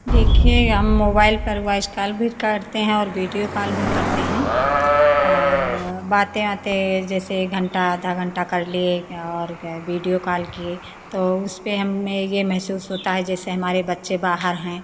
देखिए हम मोबाइल पर वॉइस कॉल भी करते हैं और वीडियो कॉल भी करते हैं और बातें आतें जैसे घंटा आधा घंटा कर लिए और वीडियो कॉल किए तो उसपे हमें ये महसूस होता है जैसे हमारे बच्चे बाहर हैं